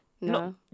No